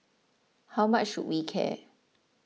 how much should we care